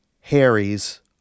Harry's